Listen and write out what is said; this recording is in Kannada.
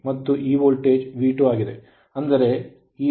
ಅಂದರೆ ಈ ನೋಡ್ ನಲ್ಲಿ ವೋಲ್ಟೇಜ್ V1 V2ಆಗಿದೆ